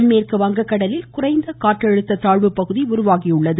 தென்மேற்கு வங்கக் கடலில் குறைந்த காற்றழுத்த தாழ்வு பகுதி உருவாகியுள்ளது